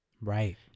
Right